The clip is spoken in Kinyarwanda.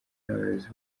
n’abayobozi